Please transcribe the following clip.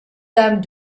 dame